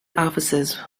offices